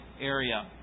area